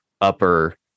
upper